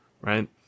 right